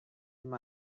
him